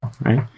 Right